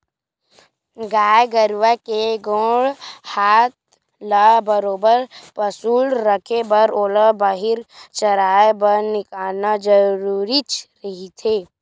गाय गरुवा के गोड़ हात ल बरोबर पसुल रखे बर ओला बाहिर चराए बर निकालना जरुरीच रहिथे